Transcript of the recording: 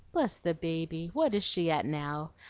bless the baby! what is she at now?